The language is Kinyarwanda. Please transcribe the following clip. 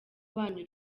banyu